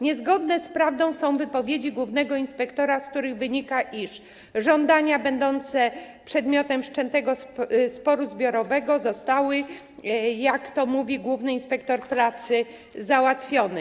Niezgodne z prawdą są wypowiedzi głównego inspektora, z których wynika, iż żądania będące przedmiotem wszczętego sporu zbiorowego zostały, jak to mówi główny inspektor pracy, załatwione.